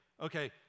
okay